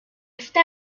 está